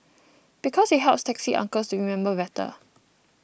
because it helps taxi uncles to remember better